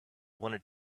wanted